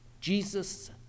Jesus